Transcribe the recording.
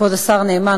כבוד השר נאמן,